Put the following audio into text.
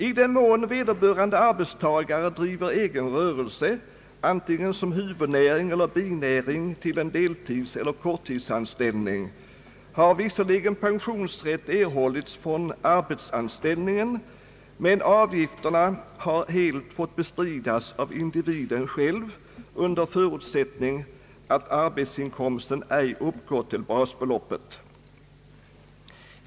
I den mån vederbörande arbetstagare driver egen rörelse — antingen som huvudnäring eller som binäring till en deltidseller korttidsanställning — har visserligen pensionsrätt erhållits från arbetsanställningen, men avgifterna har helt fått bestridas av individen själv under förutsättning att arbetsinkomsten ej uppgått till basbeloppet.